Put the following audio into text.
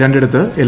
രണ്ടിടത്ത് എൽ